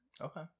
Okay